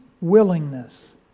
willingness